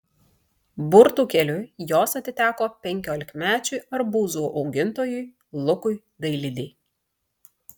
burtų keliu jos atiteko penkiolikmečiui arbūzų augintojui lukui dailidei